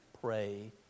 pray